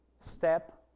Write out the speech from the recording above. step